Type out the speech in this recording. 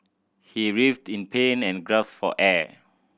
he writhed in pain and gasped for air